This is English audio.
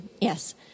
yes